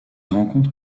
rencontre